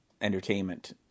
entertainment